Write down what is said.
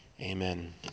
Amen